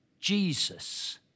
Jesus